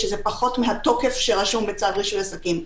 שזה פחות מהתוקף שרשום בצו רישוי עסקים.